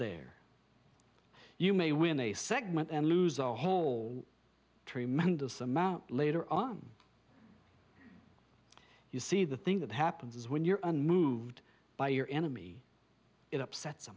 there you may win a segment and lose a whole tremendous amount later on you see the thing that happens is when you're unmoved by your enemy it upsets